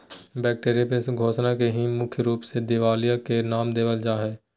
bankruptcy घोषणा के ही मुख्य रूप से दिवालिया के नाम देवल जा हय